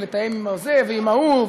ולתאם עם זה ועם ההוא,